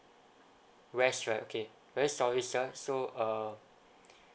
west right okay west so is the so uh